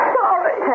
sorry